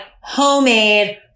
homemade